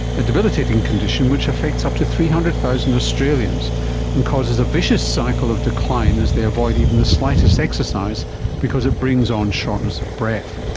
a debilitating condition which affects up to three hundred thousand australians and causes a vicious cycle of decline as they avoid even the slightest exercise because it brings on shortness of breath.